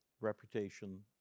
reputation